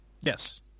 Yes